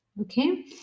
Okay